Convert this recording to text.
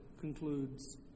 concludes